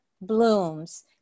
blooms